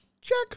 Check